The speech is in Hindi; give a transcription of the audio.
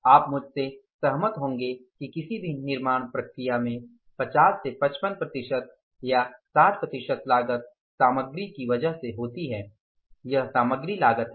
आप मुझसे सहमत होंगे कि किसी भी निर्माण प्रक्रिया में पचास से पचपन प्रतिशत या साठ प्रतिशत लागत सामग्री की वजह से होती है यह सामग्री लागत है